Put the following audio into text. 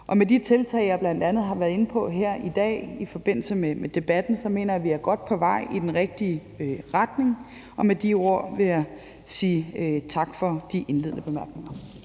Med de tiltag, jeg bl.a. har været inde på her i dag i forbindelse med debatten, mener jeg at vi er godt på vej i den rigtige retning. Med de ord vil jeg sige tak for de indledende bemærkninger.